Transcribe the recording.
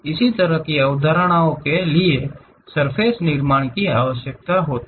इस तरह की अवधारणाओं के लिए सर्फ़ेस निर्माण की आवश्यकता होती है